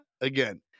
again